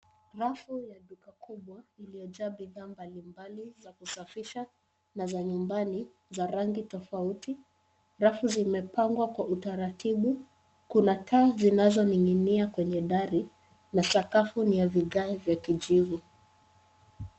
Rafu za dukakuu zilizojaa bidhaa mbalimbali za kusafisha na za nyumbani, za rangi tofauti. Rafu zimepangwa Kwa utaratibu. Kuna taa zinazoning'inia kwenye dari na sakafu ni ya vigae vya kijivu.